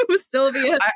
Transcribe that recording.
sylvia